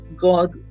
god